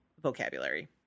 vocabulary